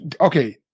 Okay